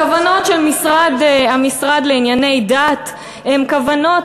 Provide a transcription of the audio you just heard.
הכוונות של המשרד לשירותי דת הן כוונות